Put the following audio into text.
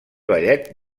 ballet